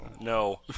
no